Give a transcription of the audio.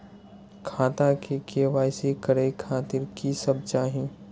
खाता के के.वाई.सी करे खातिर की सब चाही?